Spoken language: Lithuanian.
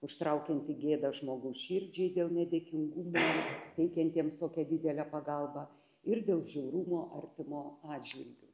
užtraukianti gėdą žmogaus širdžiai dėl nedėkingumo teikiantiems tokią didelę pagalbą ir dėl žiaurumo artimo atžvilgiu